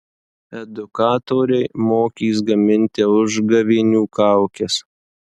edukatoriai mokys gaminti užgavėnių kaukes